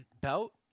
belt